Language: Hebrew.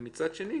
מצד שני,